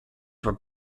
were